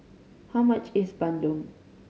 how much is bandung